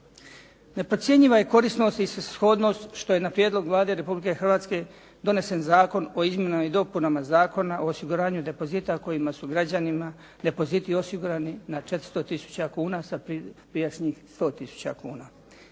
Neprocjenjiva je korisnost i svrsishodnost što je na prijedlog Vlade Republike Hrvatske donesen Zakon o izmjenama i dopunama Zakona o osiguranju depozita kojima su građanima depoziti osigurani na 400 tisuća kuna sa prijašnjih 100 tisuća kuna.